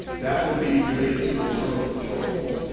that would be related to internal controls,